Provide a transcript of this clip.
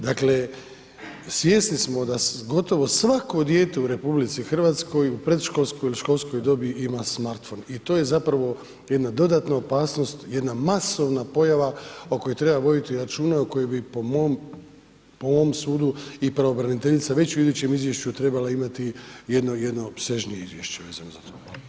Dakle, svjesni smo da gotovo svako dijete u RH u predškolskoj ili školskoj godini ima Smartphone i to je zapravo jedna dodatna opasnost, jedna masovna pojava o kojoj treba voditi računa, o kojoj bi po mom sudu i pravobraniteljica već u idućem izvješću trebala imati jedno, jedno opsežnije izvješće vezano za to.